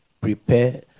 prepare